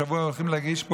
השבוע הולכים להגיש,